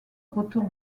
retour